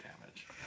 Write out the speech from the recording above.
damage